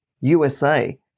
USA